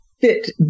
fit